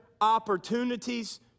opportunities